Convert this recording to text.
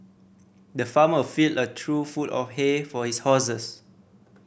the farmer filled a trough full of hay for his horses